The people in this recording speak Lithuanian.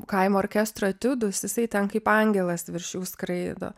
kaimo orkestro etiudus jisai ten kaip angelas virš jų skraido